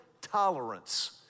tolerance